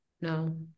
No